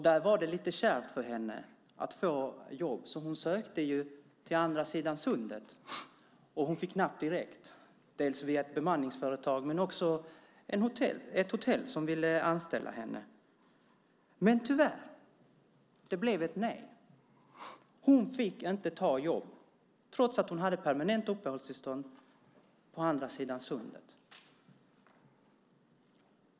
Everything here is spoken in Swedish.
Där var det lite kärvt för henne att få jobb, så hon sökte till andra sidan Sundet och fick napp direkt, dels via ett bemanningsföretag, dels hos ett hotell som ville anställa henne. Tyvärr blev det ett nej. Hon fick inte ta jobb i Danmark trots att hon hade permanent uppehållstillstånd på den här sidan Sundet.